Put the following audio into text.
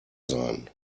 sein